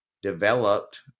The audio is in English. developed